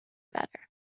better